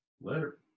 later